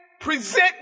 present